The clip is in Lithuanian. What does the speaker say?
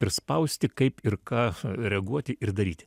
prispausti kaip ir ką reaguoti ir daryti